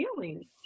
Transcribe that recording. feelings